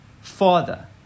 Father